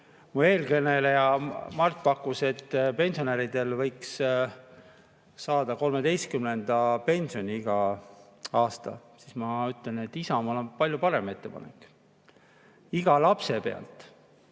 mu eelkõneleja Mart pakkus, et pensionärid võiks saada 13. pensioni iga aasta, siis ma ütlen, et Isamaal on palju parem ettepanek: iga lapse pealt